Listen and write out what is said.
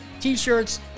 T-shirts